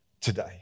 today